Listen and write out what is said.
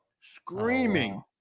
screaming